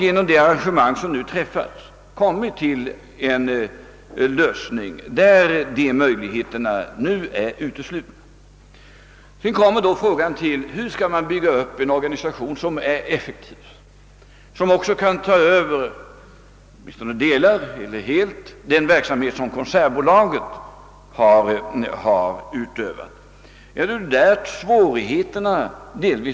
Genom det arrangemang som nu träffats har vi uppnått en lösning som utesluter dessa möjligheter. Frågan är då hur man skall bygga upp en effektiv organisation, som kan överta — delvis eller helt — den verksamhet som Konsertbolaget har utövat. Det är på den punkten svårigheterna har uppstått.